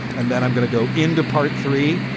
and then i'm going to go into part three.